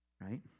Right